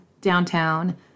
downtown